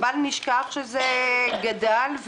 בל נשכח שזה גדל,